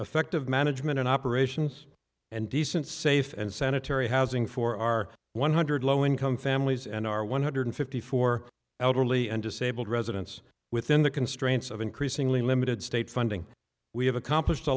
effective management in operations and decent safe and sanitary housing for our one hundred low income families and our one hundred fifty four elderly and disabled residents within the constraints of increasingly limited state funding we have accomplished a